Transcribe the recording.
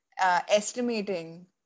estimating